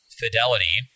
fidelity